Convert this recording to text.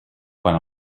quan